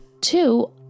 Two